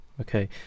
Okay